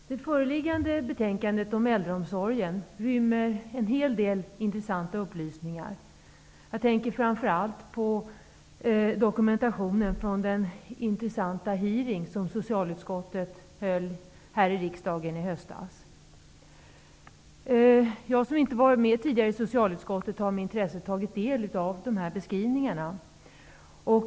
Fru talman! Det föreliggande betänkandet om äldreomsorgen rymmer en hel del intressanta upplysningar. Jag tänker framför allt på dokumentationen av den intressanta hearing som socialutskottet höll här i riksdagen i höstas. Jag som inte var med tidigare i socialutskottet har med intresse tagit del av dessa beskrivningar.